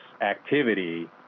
activity